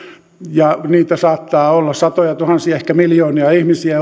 ja euroopan unionin alueella saattaa edelleen olla satojatuhansia ehkä miljoonia ihmisiä